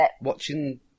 watching